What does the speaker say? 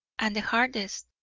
and the hardest.